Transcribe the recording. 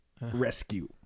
rescue